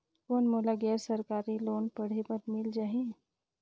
कौन मोला गैर सरकारी लोन पढ़े बर मिल जाहि?